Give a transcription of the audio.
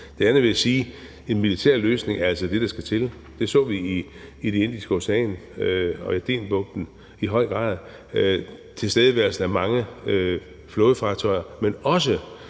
Det andet, jeg vil sige, er, at en militær løsning altså er det, der skal til. Det så vi i Det Indiske Ocean og Adenbugten i høj grad, altså en tilstedeværelse af mange flådefartøjer, men